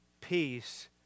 Peace